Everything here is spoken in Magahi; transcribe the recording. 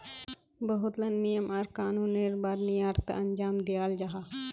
बहुत ला नियम आर कानूनेर बाद निर्यात अंजाम दियाल जाहा